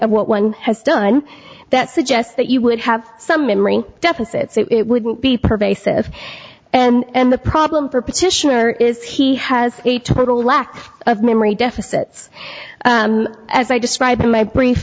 of what one has done that suggests that you would have some memory deficit so it wouldn't be pervasive and the problem for petitioner is he has a total lack of memory deficits as i described in my brief